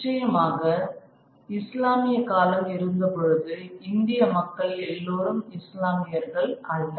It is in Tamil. நிச்சயமாக இஸ்லாமிய காலம் இருந்த பொழுது இந்திய மக்கள் எல்லோரும் இஸ்லாமியர்கள் அல்ல